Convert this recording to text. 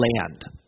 land